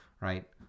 right